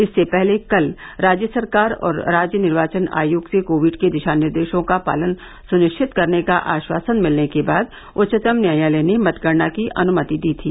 इससे पहले कल राज्य सरकार और राज्य निर्वाचन आयोग से कोविड के दिशा निर्देशों का पालन सुनिश्चित करने का आश्वासन मिलने के बाद उच्चतम न्यायालय ने मतगणना की अनुमति दी थी